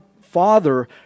Father